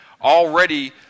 already